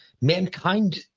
mankind